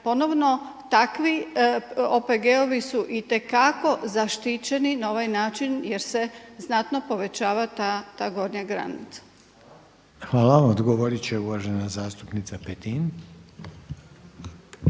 ponovno takvi OPG-ovi su itekako zaštićeni na ovaj način jer se znatno povećava ta gornja granica. **Reiner, Željko (HDZ)** Hvala. Odgovorit će uvažena zastupnica Petin.